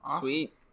sweet